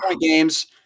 games